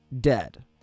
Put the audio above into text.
dead